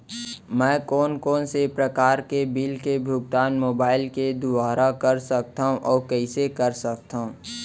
मैं कोन कोन से प्रकार के बिल के भुगतान मोबाईल के दुवारा कर सकथव अऊ कइसे कर सकथव?